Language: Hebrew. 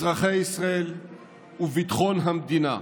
אזרחי ישראל וביטחון המדינה.